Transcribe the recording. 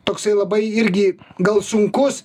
toksai labai irgi gal sunkus